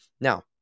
now